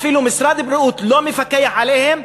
אפילו משרד הבריאות לא מפקח עליהם,